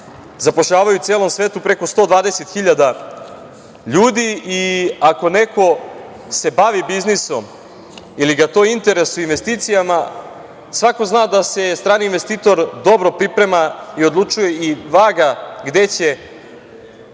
zapošljavaju u celom svetu preko 120.000 ljudi. Ako neko se bavi biznisom ili ga to interesuje, investicijama, svako zna da se strani investitor dobro priprema i odlučuje i vaga gde će svoju